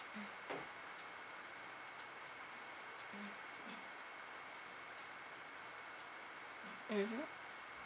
mm mm mmhmm